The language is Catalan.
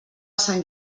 sant